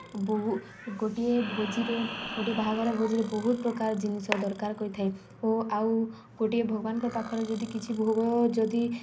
ବହୁ ଗୋଟିଏ ଭୋଜିରେ ଗୋଟିଏ ବାହାଘର ଭୋଜିରେ ବହୁତ ପ୍ରକାର ଜିନିଷ ଦରକାର କରିଥାଏ ଓ ଆଉ ଗୋଟିଏ ଭଗବାନଙ୍କ ପାଖରେ ଯଦି କିଛି ଭୋଗ ଯଦି